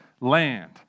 land